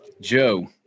Joe